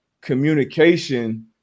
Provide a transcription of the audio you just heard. communication